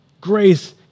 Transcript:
Grace